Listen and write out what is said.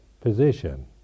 position